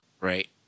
Right